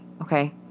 okay